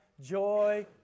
joy